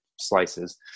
slices